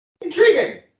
Intriguing